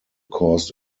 caused